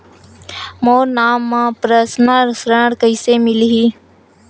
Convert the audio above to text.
मोर नाम म परसनल ऋण कइसे मिलही?